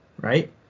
right